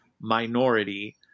minority